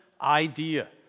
idea